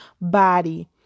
body